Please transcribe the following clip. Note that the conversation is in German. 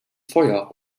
feuer